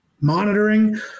monitoring